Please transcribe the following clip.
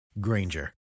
Granger